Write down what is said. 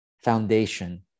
foundation